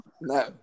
no